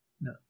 No